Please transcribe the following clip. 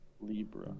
libra